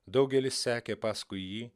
daugelis sekė paskui jį